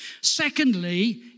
secondly